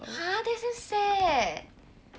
!huh! that's damn sad